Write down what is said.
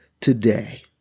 today